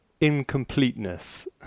Incompleteness